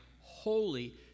holy